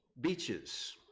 beaches